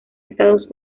estados